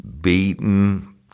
beaten